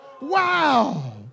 Wow